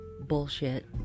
bullshit